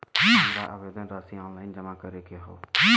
हमार आवेदन राशि ऑनलाइन जमा करे के हौ?